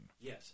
yes